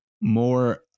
more